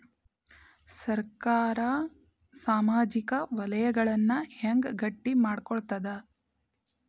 ಸರ್ಕಾರಾ ಸಾಮಾಜಿಕ ವಲಯನ್ನ ಹೆಂಗ್ ಗಟ್ಟಿ ಮಾಡ್ಕೋತದ?